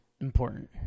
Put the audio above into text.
important